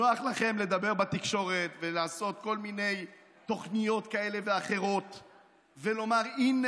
נוח לכם לדבר בתקשורת ולעשות כל מיני תוכניות כאלה ואחרות ולומר: הינה,